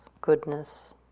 goodness